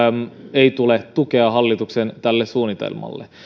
ei tule tukea tälle hallituksen suunnitelmalle